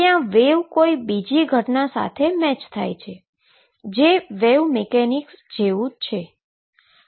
ત્યાં વેવ કોઈ બીજી કોઈ ઘટના સાથે મેચ થાય છે જે વેવ મિકેનિક્સ જેવું જ છે